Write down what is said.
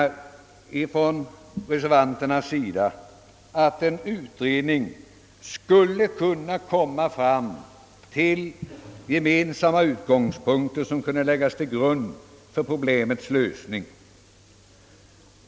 Reservanterna menar att en utredning skulle kunna komma fram till gemensamma utgångspunkter som kunde läggas till grund för problemets lösning.